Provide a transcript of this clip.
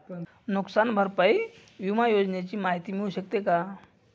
नुकसान भरपाई विमा योजनेची माहिती मिळू शकते का?